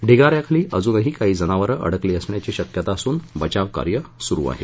ढिगाऱ्याखाली अजूनही काही जनावरं अडकली असण्याची शक्यता असून बचाव कार्य सुरू आहे